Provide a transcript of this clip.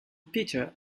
peter